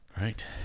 right